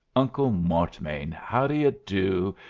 uncle mortmain, how d'ye do?